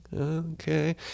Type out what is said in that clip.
okay